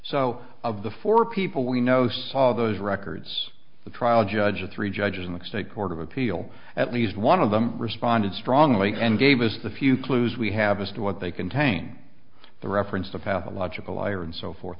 so of the four people we know saw those records the trial judge the three judges in the state court of appeal at least one of them responded strongly and gave us the few clues we have as to what they contain the reference to pathological liar and so forth